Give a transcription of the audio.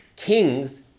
Kings